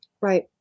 right